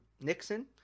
Nixon